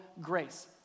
grace